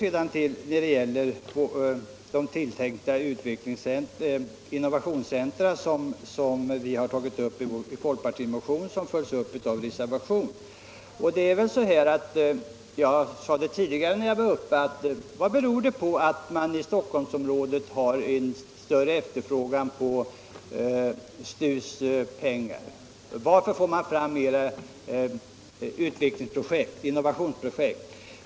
Sedan skall jag gå över till frågan om innovationscentra, som har tagits upp i en folkpartimotion och följts upp i reservation. När jag var uppe tidigare, frågade jag: Vad beror det på att man i Stockholmsområdet har större efterfrågan på STU:s pengar? Varför får man fler innovationsprojekt?